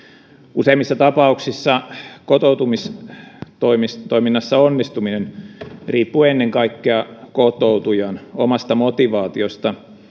useimmissa tapauksissa kotoutumistoiminnassa onnistuminen riippuu ennen kaikkea kotoutujan omasta motivaatiosta siitä